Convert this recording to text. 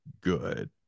good